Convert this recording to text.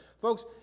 Folks